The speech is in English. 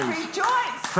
rejoice